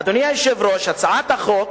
אדוני היושב-ראש, הצעת החוק